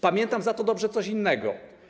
Pamiętam za to dobrze coś innego.